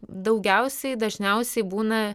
daugiausiai dažniausiai būna